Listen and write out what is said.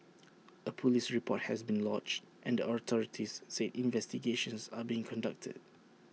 A Police report has been lodged and the authorities said investigations are being conducted